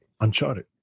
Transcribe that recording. Uncharted